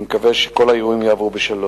אני מקווה שכל האירועים יעברו בשלום.